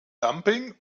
dumping